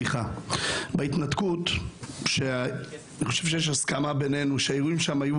אני חושב שיש בינינו הסכמה שהאירועים בהתנתקות היו